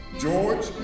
George